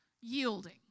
yielding